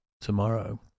tomorrow